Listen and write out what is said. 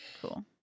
Cool